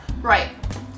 Right